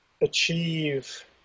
achieve